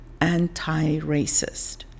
anti-racist